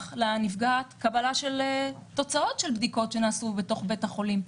לנפגעת קבלה של תוצאות של בדיקות שנעשו בתוך בית החולים.